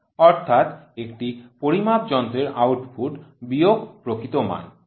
অর্থাৎ একটি পরিমাপ যন্ত্রের আউটপুট বিয়োগ প্রকৃত মান